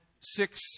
six